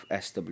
SW